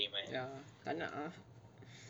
ya tak nak ah